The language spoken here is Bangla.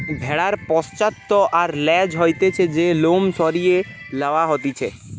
ভেড়ার পশ্চাৎ আর ল্যাজ হইতে যে থেকে লোম সরিয়ে লওয়া হতিছে